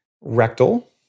rectal